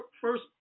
first